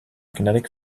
kinetic